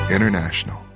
International